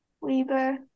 Weber